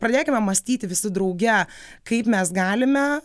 pradėkime mąstyti visi drauge kaip mes galime